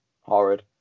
horrid